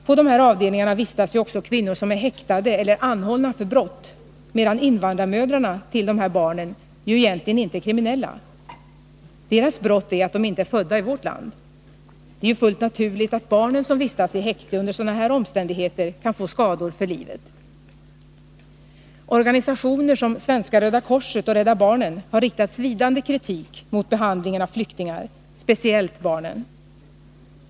På de här avdelningarna vistas ju också kvinnor som är häktade eller anhållna för brott, medan invandrarmödrarna till de här barnen ju egentligen inte är kriminella. Deras brott är att de inte är födda i vårt land. Det är ju fullt naturligt att barn som vistas i häkte under sådana omständigheter kan få skador för livet. Organisationer som Svenska röda korset och Rädda barnen har riktat svidande kritik mot behandlingen av flyktingar, speciellt barnen.